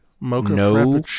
no